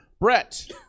Brett